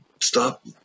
stop